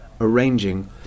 arranging